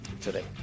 today